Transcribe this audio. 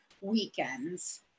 weekends